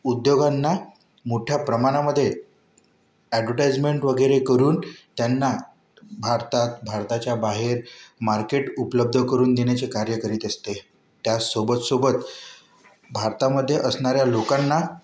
उद्योगांना मोठ्या प्रमाणामध्ये ॲडवटाइजमेंट वगैरे करून त्यांना भारतात भारताच्या बाहेर मार्केट उपलब्ध करून देण्याचे कार्य करीत असते त्याच सोबतसोबत भारतामध्ये असणाऱ्या लोकांना